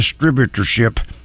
distributorship